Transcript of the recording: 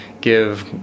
give